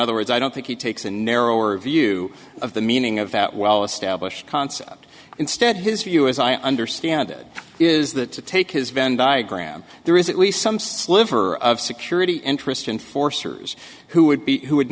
other words i don't think he takes a narrower view of the meaning of that well established concept instead his view as i understand it is that to take his venn diagram there is at least some sliver of security interest in forcers who would be who would